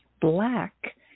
Black